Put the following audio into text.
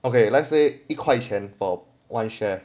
okay let's say 一块钱 for one share